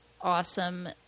awesome